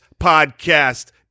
podcast